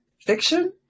fiction